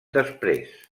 després